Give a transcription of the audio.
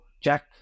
Jack